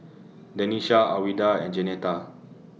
Denisha Alwilda and Jeanetta